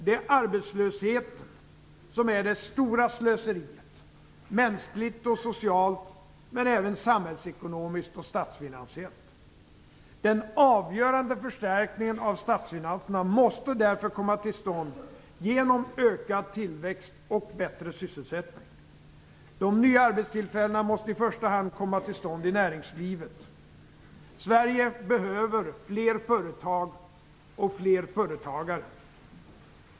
Det är arbetslösheten som är det stora slöseriet, mänskligt och socialt, men även samhällsekonomiskt och statsfinansiellt. Den avgörande förstärkningen av statsfinanserna måste därför komma till stånd genom ökad tillväxt och bättre sysselsättning. De nya arbetstillfällena måste i första hand komma till stånd i näringslivet. Sverige behöver fler företag och fler företagare.